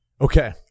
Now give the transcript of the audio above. Okay